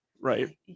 right